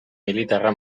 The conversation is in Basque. militarra